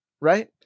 Right